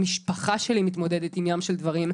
המשפחה שלי מתמודדת עם ים של דברים,